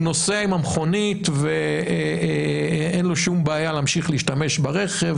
הוא נוסע עם המכונית ואין לו שום בעיה להמשיך להשתמש ברכב,